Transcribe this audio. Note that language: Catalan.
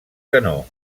canó